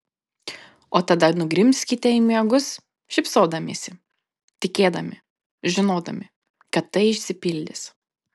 o tada nugrimzkite į miegus šypsodamiesi tikėdami žinodami kad tai išsipildys